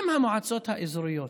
אם המועצות האזוריות